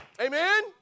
Amen